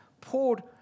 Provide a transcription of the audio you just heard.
poured